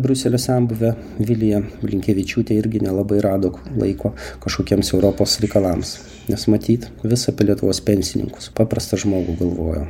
briuselio senbuvė vilija blinkevičiūtė irgi nelabai rado laiko kažkokiems europos reikalams nes matyt vis apie lietuvos pensininkus paprastą žmogų galvojo